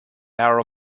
hour